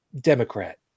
Democrat